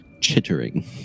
chittering